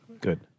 Good